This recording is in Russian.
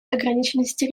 ограниченности